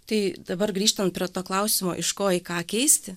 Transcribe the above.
tai dabar grįžtant prie to klausimo iš ko į ką keisti